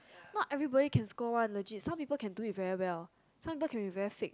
not everybody can score one legit some people can do it very well some people can be very fake